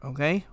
Okay